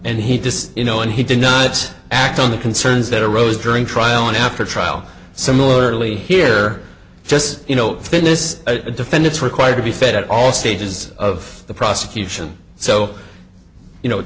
and he just you know and he did not act on the concerns that arose during trial and after trial similarly here just you know fitness defendants required to be fed at all stages of the prosecution so you know